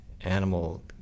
animal